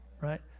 right